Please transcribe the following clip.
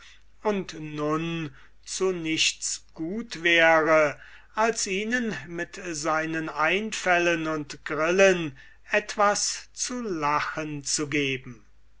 und nun zu nichts gut wäre als ihnen mit seinen einfällen und grillen etwas zu lachen zu geben